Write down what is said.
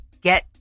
get